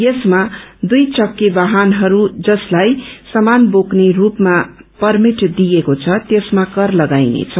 यसमा दुइ चक्के वाहनहरू जसलाई समान बोक्ने रूपमा परमिट दिएको छ त्यसमा कर तगाइनेछ